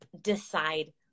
decide